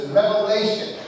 revelation